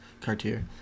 Cartier